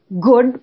good